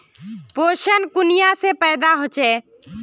पोषण कुनियाँ से पैदा होचे?